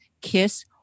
kiss